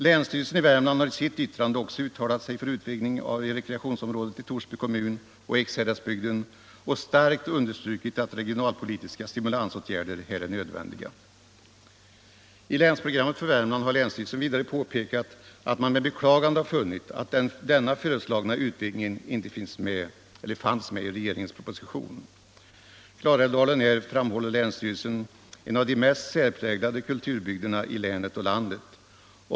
Länsstyrelsen i Värmland har i sitt yttrande också uttalat sig för utvidgning av rekreationsområdet till hela Torsby kommun och Ekshäradsbygden och starkt understrukit att regionalpolitiska stimulansåtgärder här är nödvändiga. I länsprogrammet för Värmland har länsstyrelsen vidare påpekat att man med beklagande har funnit att denna föreslagna utvidgning inte fanns med i regeringens proposition. Klarälvsdalen är, framhåller länsstyrelsen, en av de mest särpräglade kulturbygderna i länet och landet.